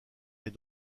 est